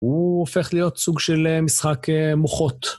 הוא הופך להיות סוג של משחק מוחות.